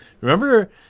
Remember